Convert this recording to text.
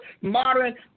modern